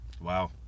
Wow